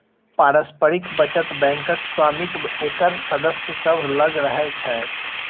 पारस्परिक बचत बैंकक स्वामित्व एकर सदस्य सभ लग रहै छै